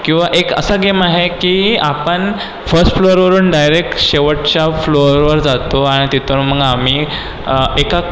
किंवा एक असा गेम आहे की आपण फर्स्ट फ्लोअरवरून डायरेक्ट शेवटच्या फ्लोअरवर जातो आणि तिथे मग आम्ही एका